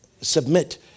submit